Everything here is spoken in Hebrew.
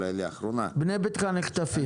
בנה ביתך נחטפים.